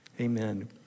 Amen